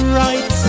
right